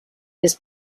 his